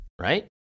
right